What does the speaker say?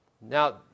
Now